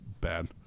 bad